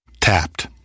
Tapped